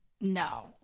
no